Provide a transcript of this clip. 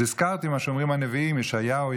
אז הזכרתי מה שאומרים הנביאים ישעיהו,